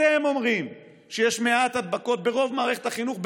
אתם אומרים שיש מעט הדבקות ברוב מערכת החינוך,